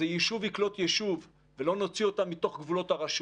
שיישוב יקלוט יישוב ולא נוציא אותם מתוך גבולות הרשות.